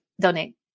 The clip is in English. donate